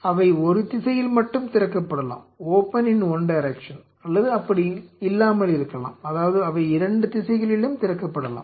அவை ஒரு திசையில் மட்டுமே திறக்கப்படலாம் அல்லது அப்படி இல்லாமலிருக்கலாம் அதாவது அவை இரண்டு திசைகளிலும் திறக்கப்படலாம்